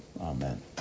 Amen